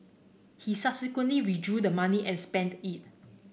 he subsequently withdrew the money and spent it